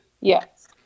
Yes